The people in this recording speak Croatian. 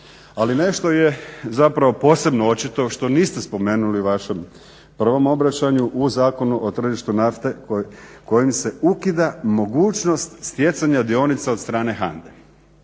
Ali nešto je zapravo posebno očito što niste spomenuli u vašem prvom obraćanju u Zakonu o tržištu nafte kojim se ukida mogućnost stjecanja dionica od strane HANDA-e.